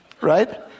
Right